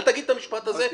אל תגיד את המשפט הזה,